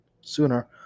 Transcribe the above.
sooner